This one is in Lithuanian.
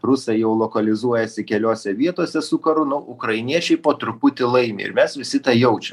rusai jau lokalizuojasi keliose vietose su karu nu ukrainiečiai po truputį laimi ir mes visi tą jaučiam